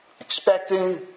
expecting